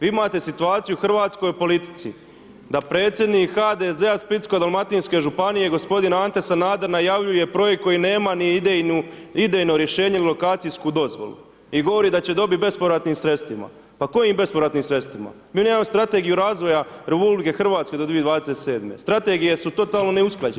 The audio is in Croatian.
Vi imate situaciju u hrvatskoj politici da predsjednik HDZ-a splitsko-dalmatinske županije g. Ante Sanader najavljuje projekt koji nema ni idejno rješenje lokacijsku dozvolu i govori da će dobit bespovratnim sredstvima, pa kojim bespovratnim sredstvima, mi nemamo strategiju razvoja RH do 2027.g., strategije su totalno neusklađene.